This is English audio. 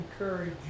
encourage